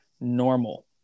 normal